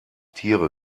tiere